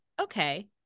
okay